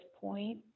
point